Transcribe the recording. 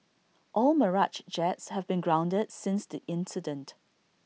all Mirage jets have been grounded since the incident